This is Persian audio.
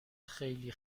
خیلی